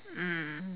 mm